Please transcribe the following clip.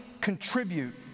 contribute